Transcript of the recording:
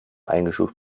eingestuft